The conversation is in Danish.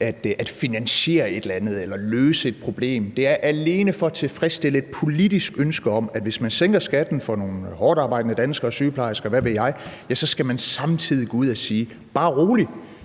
at finansiere et eller andet eller for at løse et problem, det er alene for at tilfredsstille et politisk ønske om, at hvis man sænker skatten for nogle hårdtarbejdende danskere, sygeplejersker, og hvad ved jeg, skal man samtidig gå ud og sige: Bare rolig,